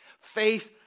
Faith